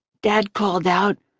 dad called out,